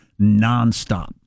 nonstop